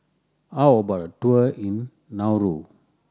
how about a tour in Nauru